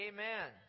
Amen